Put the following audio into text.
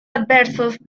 adversos